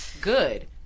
good